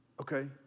Okay